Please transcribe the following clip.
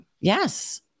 yes